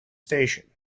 station